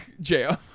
jail